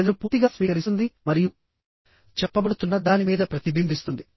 మెదడు పూర్తిగా స్వీకరిస్తుంది మరియు చెప్పబడుతున్న దాని మీద ప్రతిబింబిస్తుంది